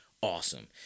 Awesome